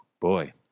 Boy